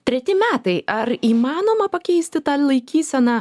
treti metai ar įmanoma pakeisti tą laikyseną